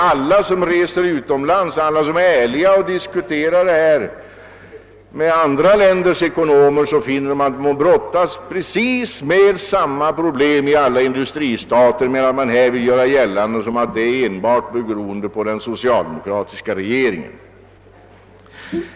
Alla som reser utomlands och ärligt diskuterar dessa frågor med andra länders ekonomer finner att man brottas med precis samma problem i alla industristater. Men oppositionen vill göra gällande att våra svårigheter beror enbart på den socialdemokratiska regeringen.